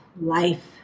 life